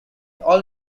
all